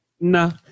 No